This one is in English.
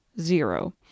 Zero